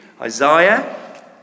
Isaiah